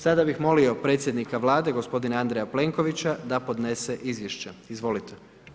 Sada bih molio predsjednika Vlade, gospodina Andreja Plenkovića da podnese izvješće, izvolite.